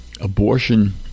abortion